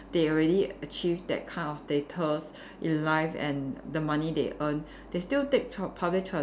they already achieve that kind of status in life and the money they earn they still take tra~ public transport